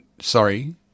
Sorry